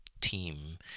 team